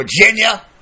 Virginia